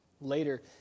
Later